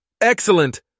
Excellent